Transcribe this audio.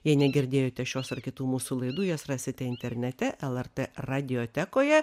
jei negirdėjote šios ar kitų mūsų laidų jas rasite internete lrt radiotekoje